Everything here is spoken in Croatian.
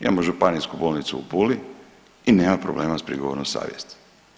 Imamo Županijsku bolnicu u Puli i nemamo problema sa prigovorom savjesti.